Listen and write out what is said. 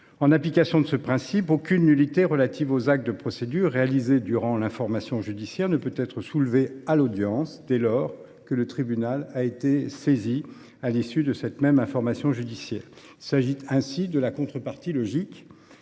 En application de ce principe, aucune nullité relative aux actes de procédure réalisés durant l’information judiciaire ne peut être soulevée à l’audience dès lors que le tribunal a été saisi à l’issue de cette même information judiciaire. Il s’agit de la contrepartie logique